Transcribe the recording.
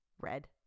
red